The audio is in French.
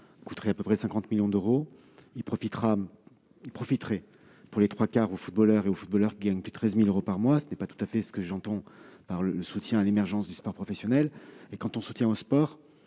coûterait à peu près 50 millions d'euros. Il profiterait pour les trois quarts à des footballeurs qui gagnent plus de 13 000 euros par mois. Ce n'est pas tout à fait ce que j'entends par le soutien à l'émergence du sport professionnel ! Quant au soutien au sport,